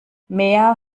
mehr